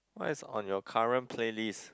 what is on your current playlist